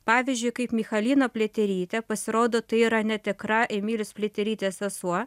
pavyzdžiui kaip michalina pliaterytė pasirodo tai yra netikra emilijos pliaterytės sesuo